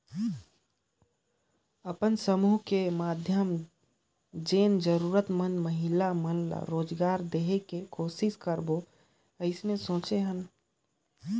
अपन समुह के माधियम जेन जरूरतमंद महिला मन ला रोजगार देहे के कोसिस करबो अइसने सोचे हन